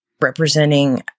representing